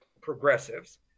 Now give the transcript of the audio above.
progressives